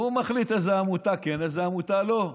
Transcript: והוא מחליט איזה עמותה כן, איזה עמותה לא.